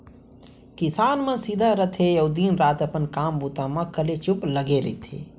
किसान मन सीधा रथें अउ दिन रात अपन काम बूता म कलेचुप लगे रथें